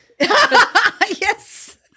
yes